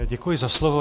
Děkuji za slovo.